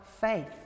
faith